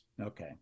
okay